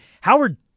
Howard